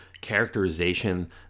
characterization